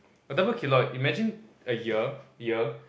a dumbbell keloid imagine a ear ear